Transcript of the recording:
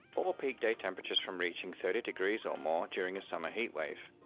or peak day temperatures from reaching thirty degrees or more during a summer heat wave.